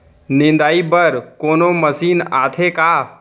निंदाई बर कोनो मशीन आथे का?